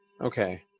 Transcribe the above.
Okay